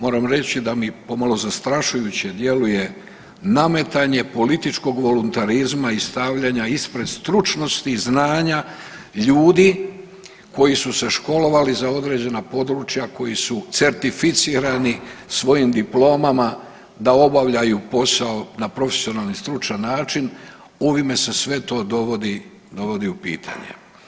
Moram reći da mi je pomalo zastrašujuće djeluje nametanje političkog voluntarizma i stavljanja ispred stručnosti, znanja ljudi koji su se školovali za određena područja, koji su certificirani svojim diplomama da obavljaju posao na profesionalan i stručan način ovime se sve to dovodi u pitanje.